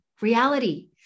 reality